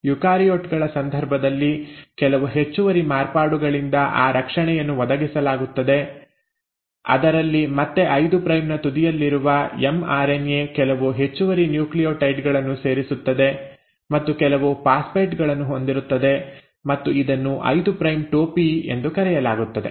eukaryote ಗಳ ಸಂದರ್ಭದಲ್ಲಿ ಕೆಲವು ಹೆಚ್ಚುವರಿ ಮಾರ್ಪಾಡುಗಳಿಂದ ಆ ರಕ್ಷಣೆಯನ್ನು ಒದಗಿಸಲಾಗುತ್ತದೆ ಅದರಲ್ಲಿ ಮತ್ತೆ 5 ಪ್ರೈಮ್ ನ ತುದಿಯಲ್ಲಿರುವ ಎಂಆರ್ಎನ್ಎ ಕೆಲವು ಹೆಚ್ಚುವರಿ ನ್ಯೂಕ್ಲಿಯೋಟೈಡ್ ಗಳನ್ನು ಸೇರಿಸುತ್ತದೆ ಮತ್ತು ಕೆಲವು ಫಾಸ್ಫೇಟ್ ಗಳನ್ನು ಹೊಂದಿರುತ್ತದೆ ಮತ್ತು ಇದನ್ನು 5 ಪ್ರೈಮ್ ಟೋಪಿ ಎಂದು ಕರೆಯಲಾಗುತ್ತದೆ